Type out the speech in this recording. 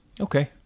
Okay